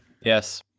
Yes